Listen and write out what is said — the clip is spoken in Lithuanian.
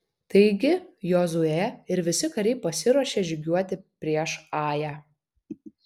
taigi jozuė ir visi kariai pasiruošė žygiuoti prieš ają